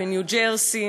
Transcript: בניו-ג'רזי,